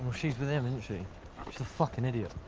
she's with him, isn't she? she's a fucking idiot.